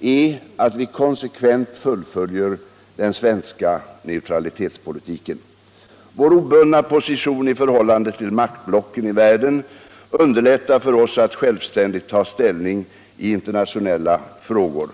är att vi konsekvent fullföljer den svenska neutralitetspolitiken. Vår obundna position i förhållande till maktblocken i världen underlättar för oss att självständigt ta ställning i internationella frågor.